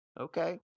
Okay